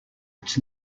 its